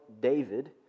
David